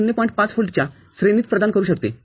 ५ व्होल्टच्या श्रेणीत प्रदान करू शकते